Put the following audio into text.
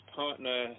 partner